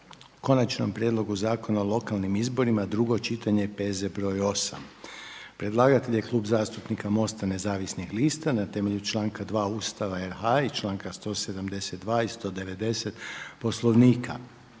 Konačni prijedlog Zakona o lokalnim izborima, drugo čitanje, P.Z. br. 8. Predlagatelj: Klub zastupnika Mosta nezavisnih lista Na temelju članka 2. Ustava RH i članka 172. i 190. Poslovnika.